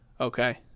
Okay